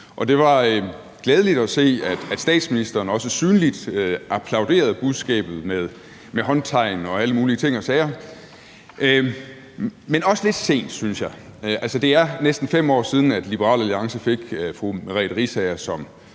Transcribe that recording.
det var glædeligt at se, at statsministeren også synligt applauderede budskabet med håndtegn og alle mulige ting og sager, men det var også lidt sent, synes jeg. Det er næsten 5 år siden, Liberal Alliance fik fru Merete Riisager som